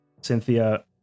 Cynthia